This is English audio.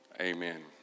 amen